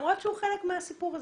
למרות שהוא חלק מהסיפור הזה.